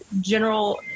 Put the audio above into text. general